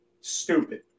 Stupid